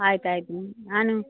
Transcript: ಆಯ್ತು ಆಯಿತು ಹ್ಞೂ ನಾನು